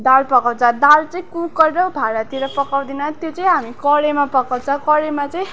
दाल पकाउँछ दाल चाहिँ कुकर र भाँडातिर पकाउँदैन त्यो चाहिँ हामी कराईमा पकाउँछ कराईमा चाहिँ